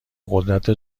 قدرت